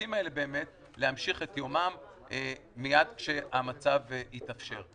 לעסקים האלה באמת להמשיך את יומם מייד כשהמצב יתאפשר.